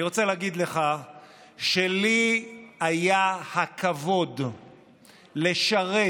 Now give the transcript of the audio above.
אני רוצה להגיד לך שלי היה הכבוד לשרת